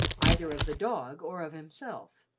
either of the dog or of himself.